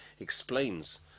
explains